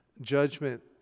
Judgment